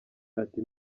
ati